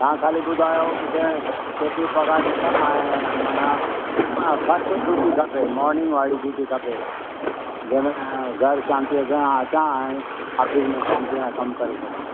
तव्हां ख़ाली ॿुधायो मूंखे केतिरी पगार ॾींदा ऐं मन फ़र्स्ट ड्यूटी खपे मॉर्निंग वारी ड्यूटी खपे जंहिंमें घर शांती सां अचां ऐं ऑफ़िस में शांती सां कमु करे सघां